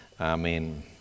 amen